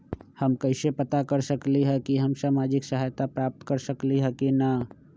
हम कैसे पता कर सकली ह की हम सामाजिक सहायता प्राप्त कर सकली ह की न?